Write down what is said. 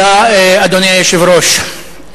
אדוני היושב-ראש,